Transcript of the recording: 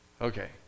Okay